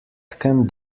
can